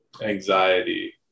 anxiety